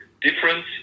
difference